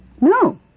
No